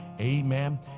amen